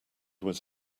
was